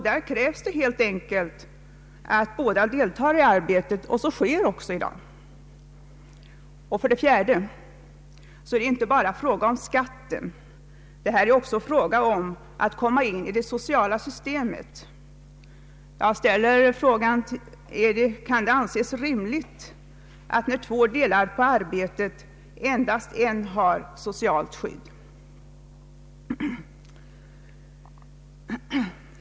Där krävs det helt enkelt att båda makarna deltar i arbetet. För det fjärde är det inte bara fråga om skatten, det gäller också att komma in i det sociala systemet. Jag ställer frågan: Kan det anses rimligt att, när två personer delar på arbetet, endast en har socialt skydd?